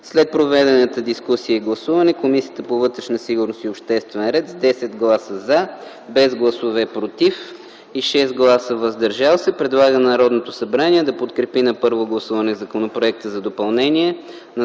След проведената дискусия и гласуване Комисията по вътрешна сигурност и обществен ред с 10 гласа „за”, без гласове „против” и 6 гласа „въздържали се” предлага на Народното събрание да подкрепи на първо гласуване Законопроект за допълнение на